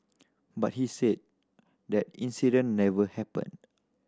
but he said that incident never happened